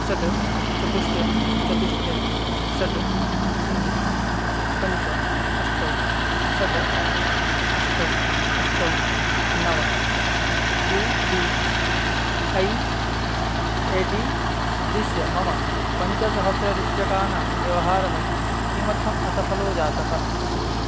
षड् चतुटष्यं चतुष्ट्यं षड् शून्यं पञ्च अष्ट षड् अष्ट अष्ट नव U P I ID उद्दिश्य मम पञ्चसहस्ररूप्यकाणां व्यवहारः किमर्थम् असफलो जातः